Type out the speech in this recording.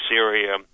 Syria